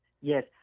Yes